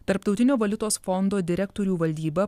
tarptautinio valiutos fondo direktorių valdyba